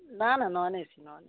না না non AC non AC